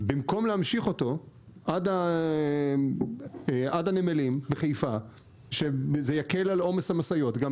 במקום להמשיך אותו עד הנמלים בחיפה כדי שזה יקל את עומס המשאיות וזה גם